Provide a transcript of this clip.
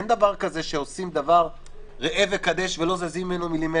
אין דבר כזה שעושים דבר ראה וקדש ולא זזים ממנו מילימטר.